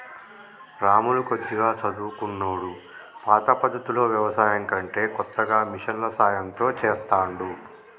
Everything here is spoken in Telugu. రాములు కొద్దిగా చదువుకున్నోడు పాత పద్దతిలో వ్యవసాయం కంటే కొత్తగా మిషన్ల సాయం తో చెస్తాండు